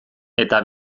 eta